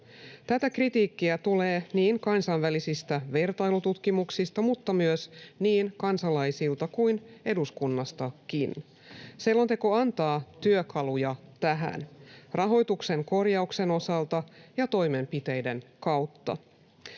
Tätä kritiikkiä tulee niin kansainvälisistä vertailututkimuksista kuin myös kansalaisilta ja eduskunnastakin. Selonteko antaa työkaluja tähän rahoituksen korjauksen osalta ja toimenpiteiden kautta.